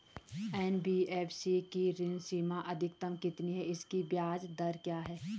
NBFC की ऋण सीमा अधिकतम कितनी है इसकी ब्याज दर क्या है?